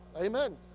amen